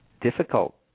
difficult